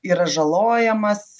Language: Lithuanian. yra žalojamas